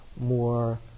more